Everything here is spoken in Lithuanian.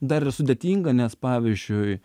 dar yra sudėtinga nes pavyzdžiui